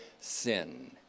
sin